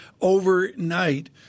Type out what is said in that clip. overnight